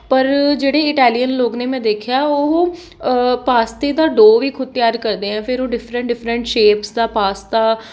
ਪਰ ਜਿਹੜੇ ਇੰਟੈਲੀਅਨ ਲੋਕ ਨੇ ਮੈਂ ਦੇਖਿਆ ਉਹ ਪਾਸਤੇ ਦਾ ਡੋਅ ਵੀ ਖੁਦ ਤਿਆਰ ਕਰਦੇ ਆ ਫਿਰ ਉਹ ਡਿਫਰੈਂਟ ਡਿਫਰੈਂਟ ਸ਼ੇਪਸ ਦਾ ਪਾਸਤਾ